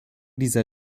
dieser